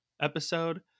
episode